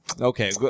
Okay